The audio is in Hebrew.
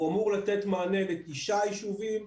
הוא אמור לתת מענה לתשעה יישובים,